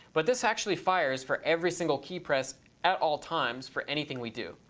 but this actually fires for every single key press at all times for anything we do.